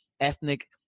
ethnic